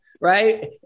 right